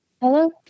Hello